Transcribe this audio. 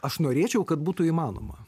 aš norėčiau kad būtų įmanoma